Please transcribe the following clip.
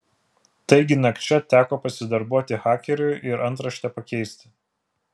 taigi nakčia teko pasidarbuoti hakeriui ir antraštę pakeisti